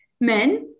men